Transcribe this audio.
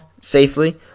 safely